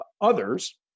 others